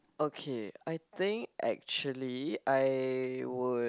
okay I think actually I would